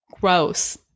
Gross